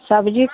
सब्जी